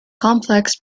complex